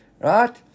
Right